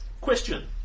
Question